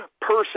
person